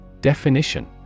Definition